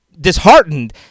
disheartened